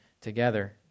together